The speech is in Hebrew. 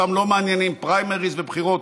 אותם לא מעניינים פריימריז ובחירות,